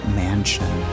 mansion